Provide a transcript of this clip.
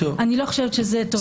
אני לא חושבת שזה טוב.